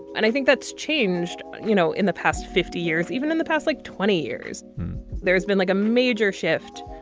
and i think that's changed. you know in the past fifty years even in the past like twenty years there's been like a major shift.